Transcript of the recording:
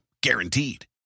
guaranteed